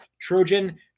Trojan